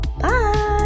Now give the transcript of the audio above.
bye